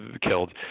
killed